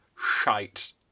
shite